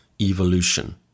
Evolution